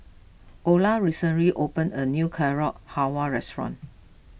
Olar recently opened a new Carrot Halwa restaurant